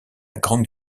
grande